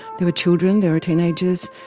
there were children, there were teenagers,